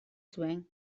zuen